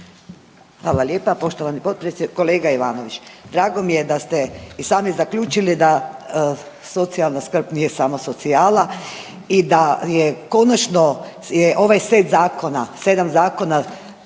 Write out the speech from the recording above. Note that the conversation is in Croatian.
Hvala lijepa poštovani potpredsjedniče. Kolega Ivanović, drago mi je da ste i sami zaključili da socijalna skrb nije samo socijala i da je konačno je ovaj set zakona, 7 zakona